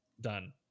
Done